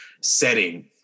setting